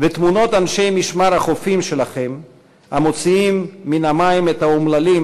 ותמונות אנשי משמר החופים שלכם המוציאים מן המים את האומללים